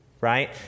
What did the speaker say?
right